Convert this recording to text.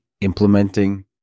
implementing